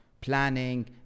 planning